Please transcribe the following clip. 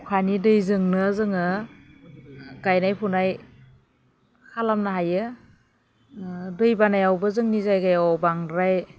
अखानि दैजोंनो जोङो गायनाय फुनाय खालामनो हायो दैबानायावबो जोंनि जायगायाव बांद्राय